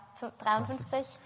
53